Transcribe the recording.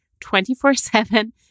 24-7